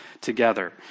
together